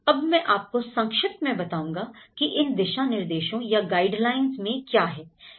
अब मैं आपको संक्षिप्त में बताऊंगा कि इन दिशा निर्देश या गाइडलाइंस में क्या है